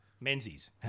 Menzies